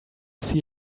see